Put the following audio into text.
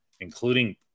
including